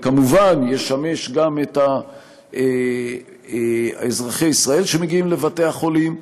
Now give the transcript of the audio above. וכמובן ישמש גם את אזרחי ישראל שמגיעים לבתי-החולים.